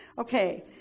Okay